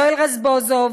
יואל רזבוזוב,